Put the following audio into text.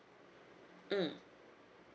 mm